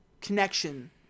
connection